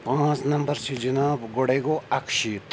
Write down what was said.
پانٛژھ نمبر چھِ جِناب گۄڈَے گوٚو اَکہٕ شیٖتھ